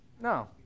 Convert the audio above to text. No